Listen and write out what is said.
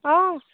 অঁ